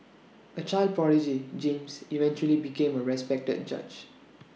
A child prodigy James eventually became A respected judge